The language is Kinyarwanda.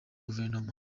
guverinoma